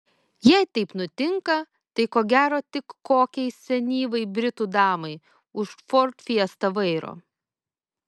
jei taip nutinka tai ko gero tik kokiai senyvai britų damai už ford fiesta vairo